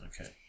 Okay